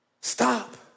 Stop